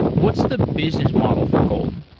what's the business model for golden?